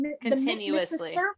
continuously